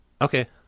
Okay